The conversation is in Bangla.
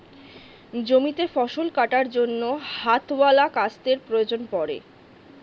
জমিতে ফসল কাটার জন্য হাতওয়ালা কাস্তের প্রয়োজন পড়ে